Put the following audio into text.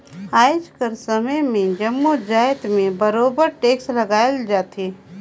आएज कर समे में जम्मो जाएत में बरोबेर टेक्स लगाल जाथे